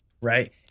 right